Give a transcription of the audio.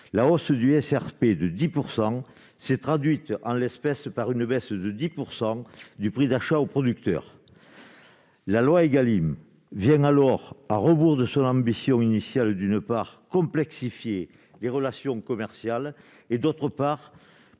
à perte (SRP) de 10 % s'est traduite, en l'espèce, par une baisse de 10 % du prix d'achat aux producteurs. La loi Égalim vient alors, à rebours de son ambition initiale, d'une part, complexifier les relations commerciales et, d'autre part,